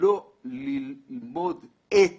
לא ללמוד את הזקנים,